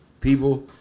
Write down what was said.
People